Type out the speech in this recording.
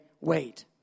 wait